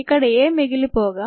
ఇక్కడ A మిగిలిపోగా